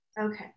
Okay